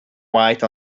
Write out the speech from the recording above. white